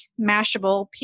Mashable